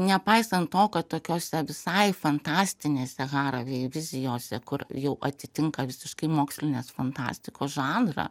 nepaisant to kad tokiose visai fantastinėse haravei vizijose kur jau atitinka visiškai mokslinės fantastikos žanrą